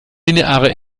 lineare